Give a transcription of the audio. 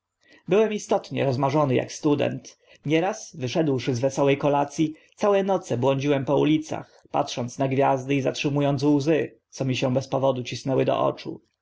byłem istotnie rozmarzony ak student nieraz wyszedłszy z wesołe kolac i całe noce błądziłem po ulicach patrząc na gwiazdy i zatrzymu ąc łzy co mi się bez powodu cisnęły do oczu